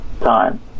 time